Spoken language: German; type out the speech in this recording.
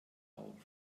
auf